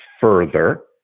further